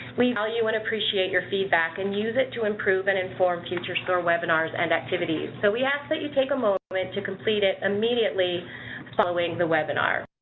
we value and appreciate your feedback and use it to improve and inform future soar webinars and activities. so we ask that you take a moment to complete it immediately following the webinar.